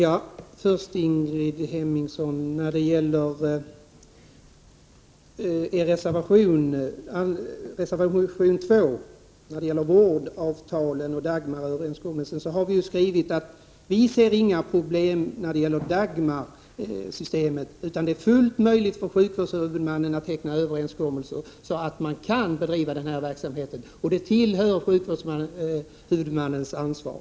Herr talman! När det gäller reservation 2 vill jag till Ingrid Hemmingsson säga att vi om vårdavtalen och Dagmaröverenskommelsen har skrivit att vi inte ser några problem när det gäller Dagmarsystemet — det är fullt möjligt för sjukvårdshuvudmannen att träffa överenskommelser så att man kan bedriva den verksamheten, och det ingår i sjukvårdshuvudmannens ansvar.